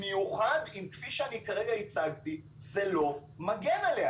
במיוחד אם כפי שאני כרגע הצגתי, זה לא מגן עליה.